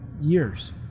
years